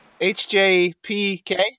HJPK